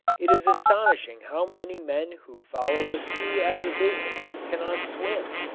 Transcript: it is astonishing how many men who follow the sea as a business cannot swim.